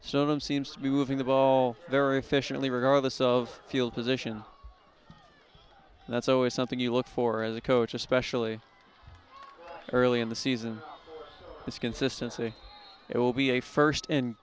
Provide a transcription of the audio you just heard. of them seems to be moving the ball very efficiently regardless of field position and that's always something you look for as a coach especially early in the season its consistency it will be a first and